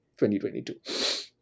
2022